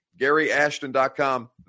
GaryAshton.com